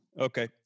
Okay